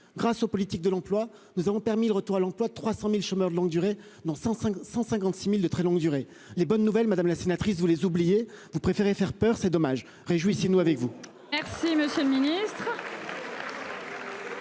grâce aux politiques de l'emploi, nous avons permis le retour à l'emploi de 300.000 chômeurs de longue durée dans 100 556.000 de très longue durée. Les bonnes nouvelles Madame la sénatrice, vous les oubliez, vous préférez faire peur c'est dommage réjouissent nous avec vous.